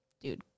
dude